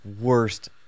worst